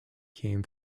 came